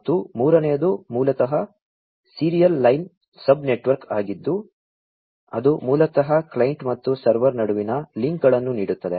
ಮತ್ತು ಮೂರನೆಯದು ಮೂಲತಃ ಸೀರಿಯಲ್ ಲೈನ್ ಸಬ್ ನೆಟ್ವರ್ಕ್ ಆಗಿದ್ದು ಅದು ಮೂಲತಃ ಕ್ಲೈಂಟ್ ಮತ್ತು ಸರ್ವರ್ ನಡುವಿನ ಲಿಂಕ್ಗಳನ್ನು ನೀಡುತ್ತದೆ